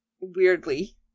weirdly